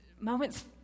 Moments